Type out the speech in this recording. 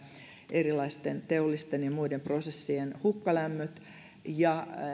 erilaisten teollisten ja muiden prosessien hukkalämmöt ja